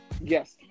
Yes